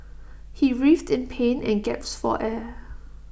he writhed in pain and gasped for air